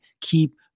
keep